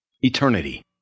eternity